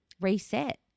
reset